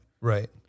Right